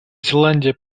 зеландия